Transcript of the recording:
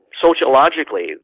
sociologically